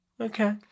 Okay